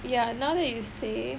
ya now that you say